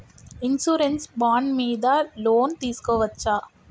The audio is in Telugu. ఇన్సూరెన్స్ బాండ్ మీద లోన్ తీస్కొవచ్చా?